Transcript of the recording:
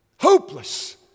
Hopeless